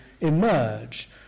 emerge